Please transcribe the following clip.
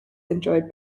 enjoyed